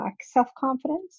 self-confidence